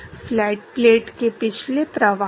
flat plate के पिछले प्रवाह